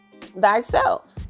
thyself